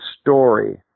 story